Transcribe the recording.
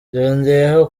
yongeyeho